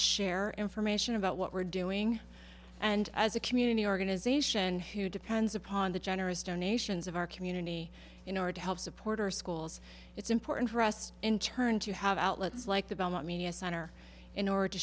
share information about what we're doing and as a community organization who depends upon the generous donations of our community in order to help support our schools it's important for us in turn to have outlets like the belmont media center in order to